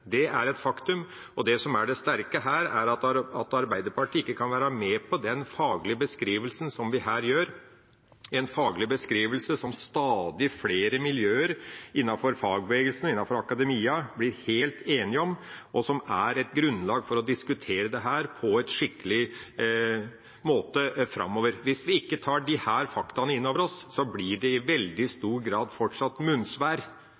Det er et faktum. Og det som er det sterke her, er at Arbeiderpartiet ikke kan være med på den faglige beskrivelsen som vi her gir, en faglig beskrivelse som stadig flere miljøer innenfor fagbevegelsen, innenfor akademia, er helt enige om, og som er et grunnlag for å diskutere dette på en skikkelig måte framover. Hvis vi ikke tar disse fakta inn over oss, blir det i veldig stor grad fortsatt munnsvær,